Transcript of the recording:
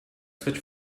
switch